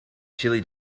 chili